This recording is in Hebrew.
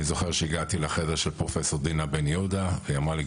אני זוכר שהגעתי לחדר של פרופ' דינה בן יהודה והיא אמרה לי,